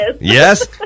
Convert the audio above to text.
Yes